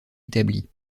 établi